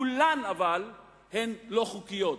כולן הן לא חוקיות.